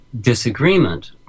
disagreement